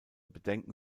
bedenken